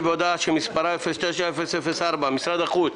בהודעה 09-004, משרד החוץ.